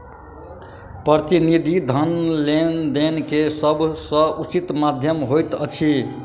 प्रतिनिधि धन लेन देन के सभ सॅ उचित माध्यम होइत अछि